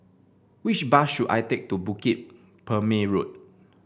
which bus should I take to Bukit Purmei Road